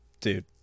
Dude